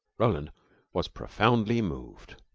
roland was profoundly moved.